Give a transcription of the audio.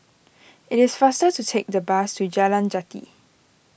it is faster to take the bus to Jalan Jati